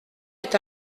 est